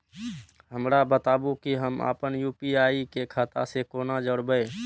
हमरा बताबु की हम आपन यू.पी.आई के खाता से कोना जोरबै?